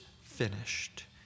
finished